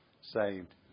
saved